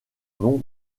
nom